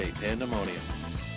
pandemonium